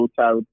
out